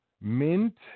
mint